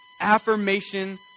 Affirmation